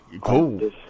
cool